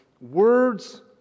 Words